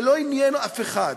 זה לא עניין אף אחד.